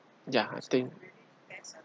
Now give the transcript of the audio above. ya I think